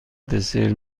دسر